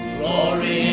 Glory